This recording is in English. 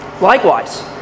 likewise